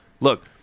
look